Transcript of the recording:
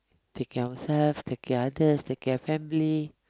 take care of yourself take care others take care of family